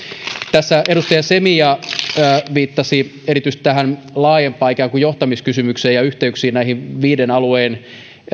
tässä edustaja semi viittasi erityisesti ikään kuin tähän laajempaan johtamiskysymykseen ja yhteyksiin näihin viiden alueen